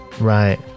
Right